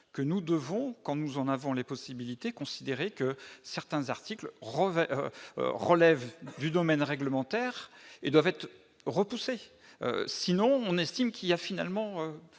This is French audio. que nous devons, comme nous en avons les possibilités considérer que certains articles revêt relèvent du domaine réglementaire et doivent être repoussé, sinon, on estime qu'il y a finalement